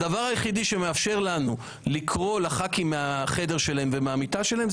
הדבר היחידי שמאפשר לנו לקרוא לחברי הכנסת מהחדר שלהם ומהמיטה שלהם,